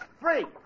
free